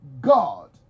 God